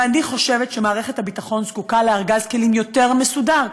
ואני חושבת שמערכת הביטחון זקוקה לארגז כלים יותר מסודר.